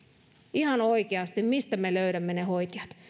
ihan oikeasti mistä me löydämme ne hoitajat